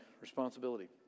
responsibility